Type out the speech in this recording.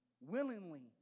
willingly